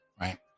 right